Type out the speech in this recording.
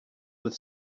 with